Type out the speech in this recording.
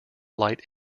light